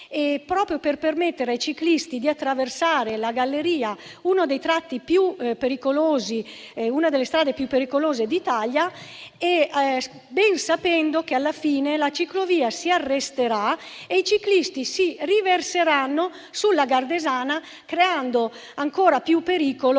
proprio per permettere ai ciclisti di attraversare la galleria - si tratta di uno dei tratti più pericolosi, una delle strade più pericolose d'Italia - ben sapendo che alla fine la ciclovia si arresterà e i ciclisti si riverseranno sulla Gardesana, creando ancora più pericolo